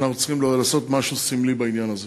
ואנחנו צריכים לעשות משהו סמלי בעניין הזה.